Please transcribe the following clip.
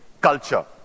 Culture